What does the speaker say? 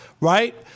Right